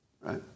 Right